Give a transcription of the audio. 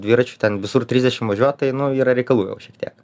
dviračiu ten visur trisdešim važiuoja tai nu yra reikalų jau šiek tiek